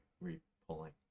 re-pulling